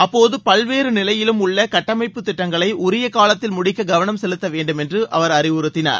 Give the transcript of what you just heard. அப்போது பல்வேறு நிலையிலும் உள்ள கட்டமைப்பு திட்டங்களை உரிய காலத்தில் முடிக்க கவனம் செலுத்தவேண்டும் என்று அவர் அறிவுறுத்தினார்